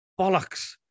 Bollocks